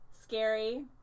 scary